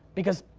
because,